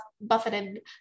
buffeted